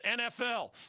NFL